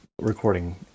recording